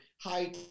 high